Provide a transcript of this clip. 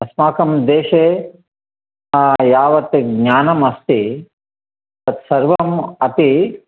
अस्माकं देशे यावत् ज्ञानम् अस्ति तत्सर्वम् अपि